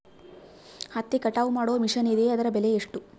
ಹತ್ತಿ ಕಟಾವು ಮಾಡುವ ಮಿಷನ್ ಇದೆಯೇ ಅದರ ಬೆಲೆ ಎಷ್ಟು?